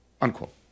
Unquote